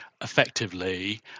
effectively